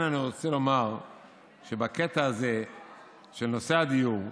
לכן אני רוצה לומר שבקטע הזה של נושא הדיור,